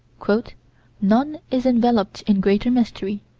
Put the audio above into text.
none is enveloped in greater mystery.